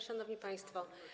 Szanowni Państwo!